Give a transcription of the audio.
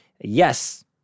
Yes